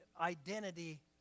identity